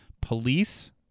police